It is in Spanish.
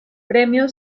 premio